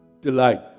delight